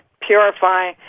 purify